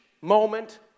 moment